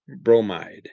Bromide